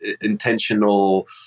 intentional